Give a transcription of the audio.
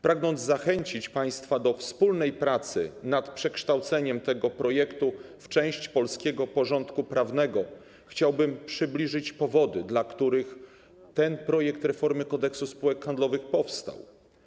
Pragnąc zachęcić państwa do wspólnej pracy nad przekształceniem tego projektu w część polskiego porządku prawnego, chciałbym przybliżyć powody, dla których ten projekt reformy Kodeksu spółek handlowych powstał.